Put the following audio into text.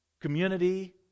community